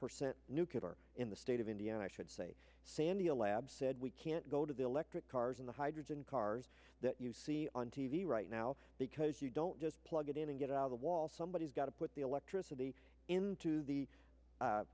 percent nucular in the state of indiana i should say sandia labs said we can't go to the electric cars in the hydrogen cars that you see on t v right now because you don't just plug it in and get out of the wall somebody has got to put the electricity into the